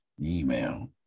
Email